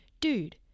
dude